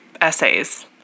essays